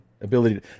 ability